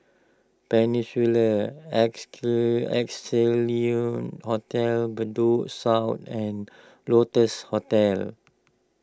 Peninsula Hotel Bedok South and Lotus Hotel